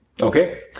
Okay